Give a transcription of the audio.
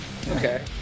Okay